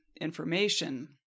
information